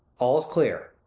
all's clear.